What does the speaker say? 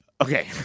Okay